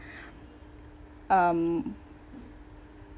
um